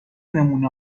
نمونه